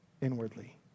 inwardly